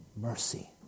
Mercy